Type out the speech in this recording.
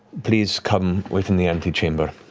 please come within the antechamber.